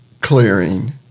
clearing